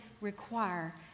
require